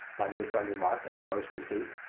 my new friend remarked, as he rose to his feet.